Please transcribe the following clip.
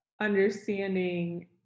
understanding